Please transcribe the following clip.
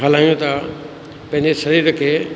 हलायूं था पंहिंजे शरीर खे